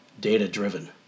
Data-driven